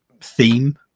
theme